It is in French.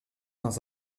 dans